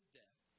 death